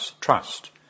trust